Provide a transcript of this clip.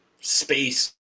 space